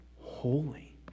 holy